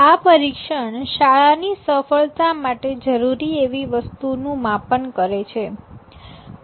આ પરીક્ષણ શાળા ની સફળતા માટે જરૂરી એવી વસ્તુ નું માપન કરે છે